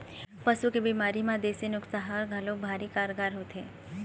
पशु के बिमारी म देसी नुक्सा ह घलोक भारी कारगार होथे